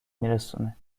میرسونه